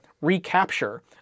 recapture